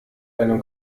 einem